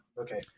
Okay